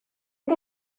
que